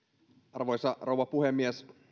arvoisa rouva puhemies